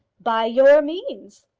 by your means!